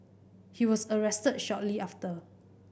he was arrested shortly after